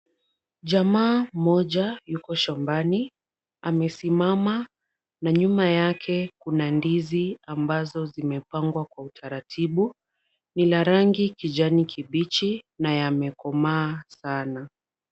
Jamaa mmoja yuko shambani. Amesimama na nyuma yake kuna ndizi ambazo zimepangwa kwa utaratibu. Ina rangi ya kijani kibichi na yamekomaa sana.